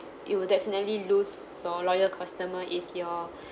you will definitely lose your loyal customer if your